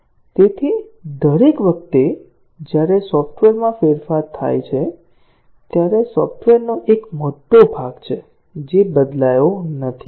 તેથી દરેક વખતે જ્યારે સોફ્ટવેરમાં ફેરફાર થાય છે ત્યારે સોફ્ટવેરનો એક મોટો ભાગ છે જે બદલાયો નથી